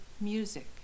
music